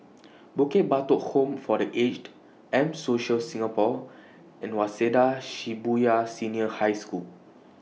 Bukit Batok Home For The Aged M Social Singapore and Waseda Shibuya Senior High School